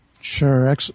Sure